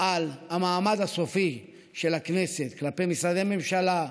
על המעמד הסופי של הכנסת כלפי משרדי ממשלה,